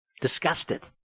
disgusted